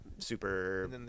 super